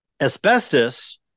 asbestos